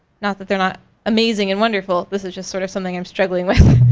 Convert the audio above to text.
not that they're not amazing and wonderful, this is just sort of something i'm struggling with.